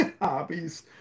hobbies